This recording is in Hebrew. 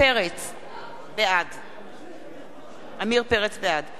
בעד פניה קירשנבאום,